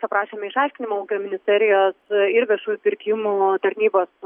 paprašėme išaiškinimo ūkio ministerijos ir viešųjų pirkimų tarnybos